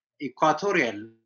Equatorial